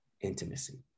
intimacy